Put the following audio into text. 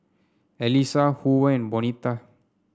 Elisa Hoover Bonita